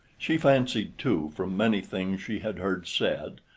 she fancied, too, from many things she had heard said,